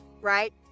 right